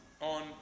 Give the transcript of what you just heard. On